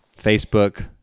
Facebook